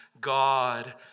God